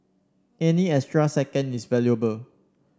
any extra second is valuable